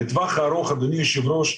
בטווח הארוך אדוני היו"ר,